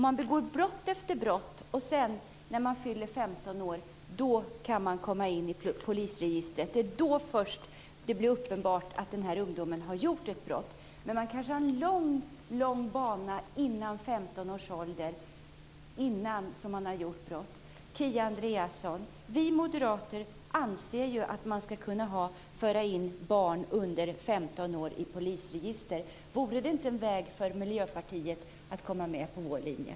Man begår brott efter brott, och när man fyller 15 år kommer man in i polisregistret. Det är först då som det blir uppenbart att man har begått ett brott, trots att man kan ha en lång bana med brott som har begåtts före 15 års ålder. Vi moderater anser att barn under 15 år ska kunna förekomma i polisregistret. Vore det inte en väg för Miljöpartiet att ställa sig bakom detta?